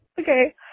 Okay